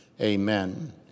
Amen